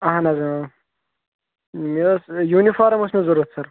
اَہَن حظ اۭں مےٚ ٲس یوٗنِفارَم ٲسۍ مےٚ ضوٚرَتھ سَر